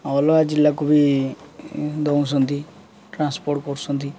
ଅଲଗା ଜିଲ୍ଲାକୁ ବି ଦେଉଛନ୍ତି ଟ୍ରାନ୍ସପୋର୍ଟ କରୁଛନ୍ତି